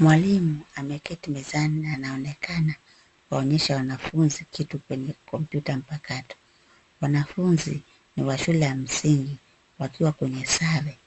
Mwalimu ameketi mezani na anaonekana anawaonyesha wanafunzi kitu kwenye kompyuta ya mpakato. Wanafunzi ni wa shule ya msingi wakiwa kwenye sare